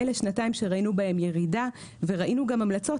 אלה שנתיים שראינו בהם ירידה וראינו גם המלצות